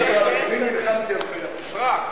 אתה מתכוון: סרק,